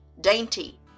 dainty